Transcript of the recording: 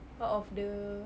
out of the